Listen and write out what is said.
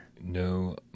No